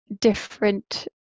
different